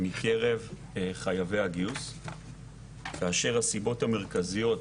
69% מקרב חייבי הגיוס כאשר הסיבות המרכזיות